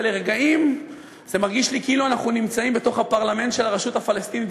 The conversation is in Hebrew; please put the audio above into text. ולרגעים אני מרגיש כאילו אנחנו נמצאים בפרלמנט של הרשות הפלסטינית,